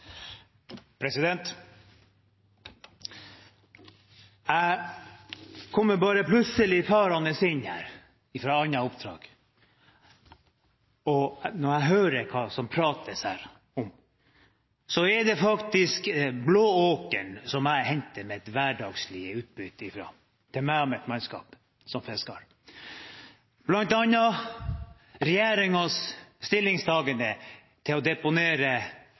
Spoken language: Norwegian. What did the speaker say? Jeg kommer farende inn her fra et annet oppdrag, og når jeg hører hva det prates om, er det faktisk den blå åkeren som jeg henter mitt daglige utbytte fra – til meg og mitt mannskap – som fisker. Blant annet hører jeg om regjeringens stillingtagen til å deponere